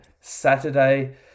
Saturday